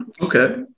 Okay